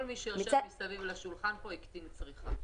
כל מי שיושב מסביב לשולחן כאן הקטין צריכה.